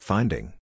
Finding